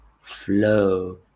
flow